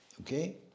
Okay